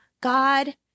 God